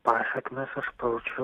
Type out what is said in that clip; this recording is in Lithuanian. pasekmes aš pajaučiau